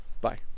Bye